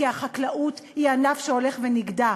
כי החקלאות היא ענף שהולך ונגדע.